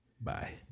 Bye